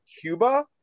Cuba